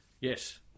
Yes